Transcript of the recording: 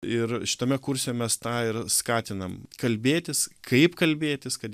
ir šitame kurse mes tą ir skatinam kalbėtis kaip kalbėtis kad